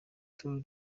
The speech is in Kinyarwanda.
tour